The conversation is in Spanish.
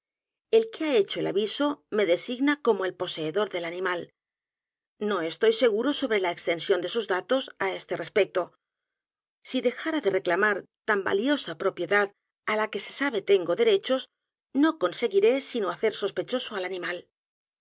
el que h a hecho el aviso me designa como el poseedor del animal no estoy seguro sobre la extensión de sus datos á este respecto si dejara de reclamar tan valiosa propiedad á la que se sabe tengo derechos no conseguiré sino hacer sospechoso al animal